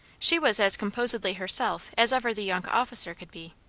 she was as composedly herself as ever the young officer could be.